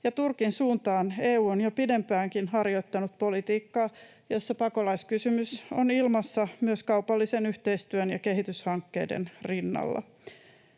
Turkin suuntaan EU on jo pidempäänkin harjoittanut politiikkaa, jossa pakolaiskysymys on ilmassa myös kaupallisen yhteistyön ja kehityshankkeiden rinnalla.